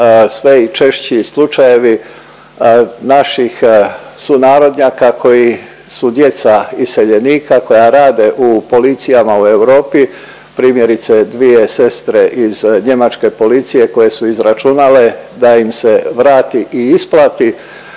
sve i češći slučajevi naših sunarodnjaka koji su djeca iseljenika, koja rade u policijama u Europi, primjerice dvije sestre iz njemačke policije koje su izračunale da im se vrati i isplati